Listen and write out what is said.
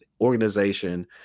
organization